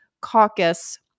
caucus